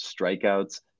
strikeouts